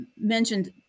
mentioned